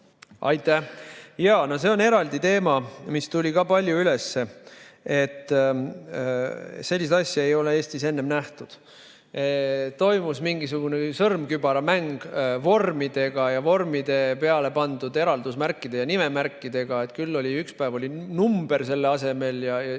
Aitäh! Jaa, see on eraldi teema, mis tuli ka palju üles, et selliseid asju ei ole Eestis enne nähtud. Toimus mingisugune sõrmkübaramäng vormidega ja vormide peale pandud eraldusmärkide ja nimemärkidega, küll oli üks päev selle asemel number